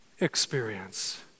experience